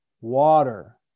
water